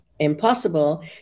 Impossible